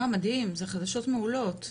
מדהים, זה חדשות מעולות.